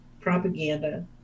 Propaganda